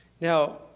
Now